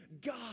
God